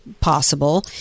possible